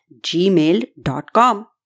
gmail.com